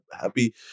happy